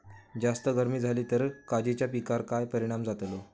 जास्त गर्मी जाली तर काजीच्या पीकार काय परिणाम जतालो?